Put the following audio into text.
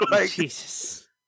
Jesus